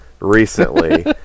recently